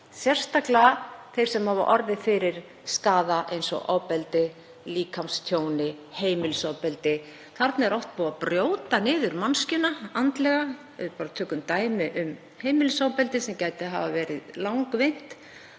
sérstaklega þeir sem hafa orðið fyrir skaða eins og ofbeldi, líkamstjóni, heimilisofbeldi. Þarna er oft búið að brjóta manneskjuna niður andlega, ef við tökum t.d. dæmi um heimilisofbeldi sem gæti hafa verið langvinnt,